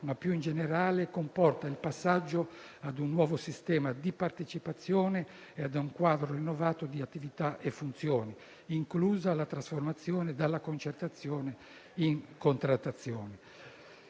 ma, più in generale, comporta il passaggio a un nuovo sistema di partecipazione e a un quadro innovato di attività e funzioni, inclusa la trasformazione della concertazione in contrattazione.